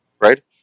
right